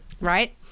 Right